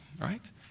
right